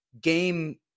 game